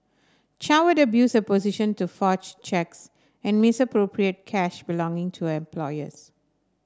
Chow had abused her position to forge cheques and misappropriate cash belonging to her employers